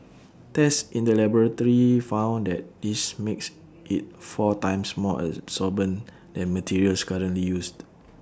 tests in the laboratory found that this makes IT four times more absorbent than materials currently used